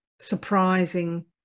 surprising